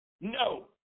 No